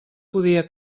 podia